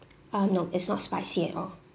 ah no it's not spicy at all